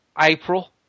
April